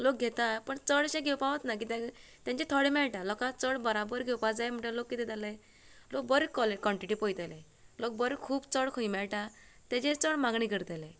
लोक घेतात पूण चडशें घेवपाक वचनात कित्याक तेंचे थोडे मेळटा लोकांक चड बराबर घेवपाक जाय म्हणटकीर लोक कितें करतले लोक बरी कॉन्टिटी पळयतले लोक बरें खूब चड खंय मेळटा तेचेर चड मागणी करतले